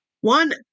One